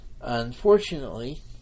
Unfortunately